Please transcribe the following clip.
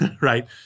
right